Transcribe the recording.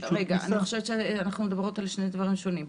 אני חושבת שאנחנו מדברות על שני דברים שונים.